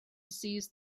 seized